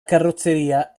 carrozzeria